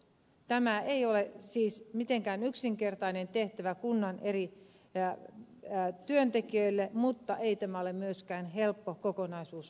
tämä ei ole siis mitenkään yksinkertainen tehtävä kunnan eri työntekijöille mutta ei tämä ole myöskään helppo kokonaisuus asiakkaalle